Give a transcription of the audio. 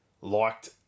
liked